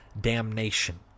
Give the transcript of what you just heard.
damnation